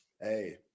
hey